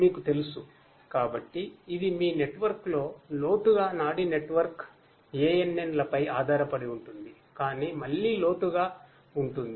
మీకు తెలుసు కాబట్టి ఇది మీ నెట్వర్క్లో లోతుగా నాడీ నెట్వర్క్ ANN లపై ఆధారపడి ఉంటుంది కానీ మళ్ళీ లోతుగా ఉంటుంది